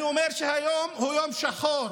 אני אומר שהיום הוא יום שחור.